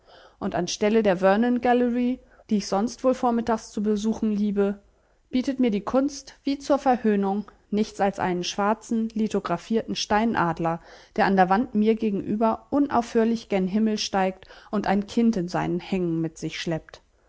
und an stelle der vernon galerie die ich sonst wohl vormittags zu besuchen liebe bietet mir die kunst wie zur verhöhnung nichts als einen schwarzen lithographierten steinadler der an der wand mir gegenüber unaufhörlich gen himmel steigt und ein kind in seinen hängen mit sich schleppt